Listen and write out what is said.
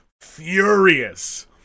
furious